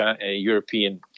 European